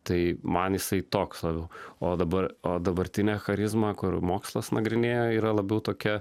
tai man jisai toks labiau o dabar o dabartinė charizma kur mokslas nagrinėja yra labiau tokia